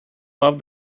love